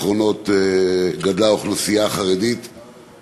גדלה האוכלוסייה החרדית בשנים האחרונות.